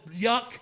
yuck